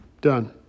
done